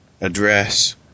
address